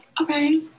okay